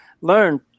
learn